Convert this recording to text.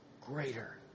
greater